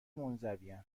منزوین